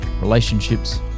relationships